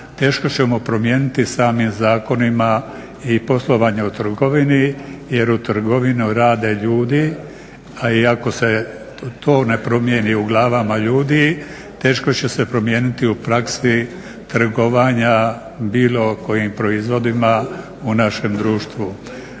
teško ćemo promijeniti samim zakonima i poslovanja u trgovini, jer u trgovini rade ljudi a i ako se to ne promijeni u glavama ljudi teško će se promijeniti u praksi trgovanja bilo kojim proizvodima u našem društvu.